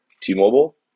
T-Mobile